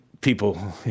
people